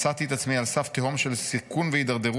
מצאתי את עצמי על סף תהום של סיכון והידרדרות,